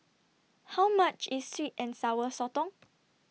How much IS Sweet and Sour Sotong